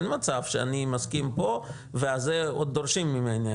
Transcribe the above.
אין מצב שאני מסכים פה ועוד דורשים ממני.